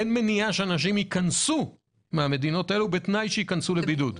אין מניעה שאנשים ייכנסו מהמדינות הללו בתנאי שייכנסו לבידוד.